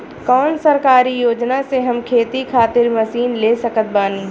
कौन सरकारी योजना से हम खेती खातिर मशीन ले सकत बानी?